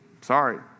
Sorry